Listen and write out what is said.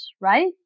right